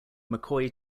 mccoy